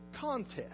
contest